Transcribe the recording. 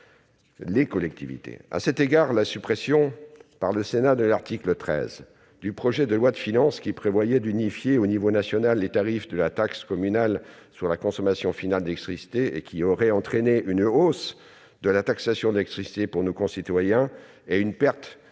À cet égard, la suppression par le Sénat de l'article 13 du projet de loi de finances, qui prévoit d'unifier au niveau national les tarifs de la taxe communale sur la consommation finale d'électricité est à saluer. Une telle mesure aurait entraîné une hausse de la taxation d'électricité pour nos concitoyens et une perte